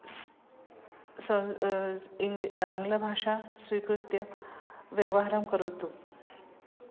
स् ङ्गलि अङ्गलभाषां स्वीकृत्य व्यवहारं करोतु